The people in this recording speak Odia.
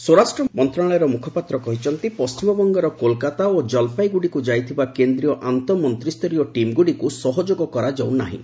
ସ୍ୱରାଷ୍ଟ୍ର ମନ୍ତ୍ରଣାଳୟ ମୁଖପାତ୍ର କହିଛନ୍ତି ପଶ୍ଚିମବଙ୍ଗରର କୋଲକାତା ଓ ଜଲପାଇଗୁଡ଼ିକୁ ଯାଇଥିବା କେନ୍ଦ୍ରୀୟ ଆନ୍ତଃ ମନ୍ତ୍ରୀୟ ଟିମ୍ ଗୁଡ଼ିକୁ ସହଯୋଗ କରାଯାଉ ନାହିଁ